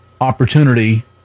opportunity